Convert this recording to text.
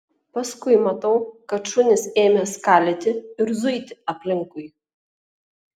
paskui matau kad šunys ėmė skalyti ir zuiti aplinkui